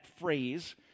phrase